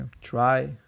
try